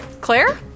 Claire